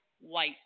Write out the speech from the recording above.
white